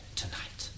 tonight